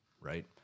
right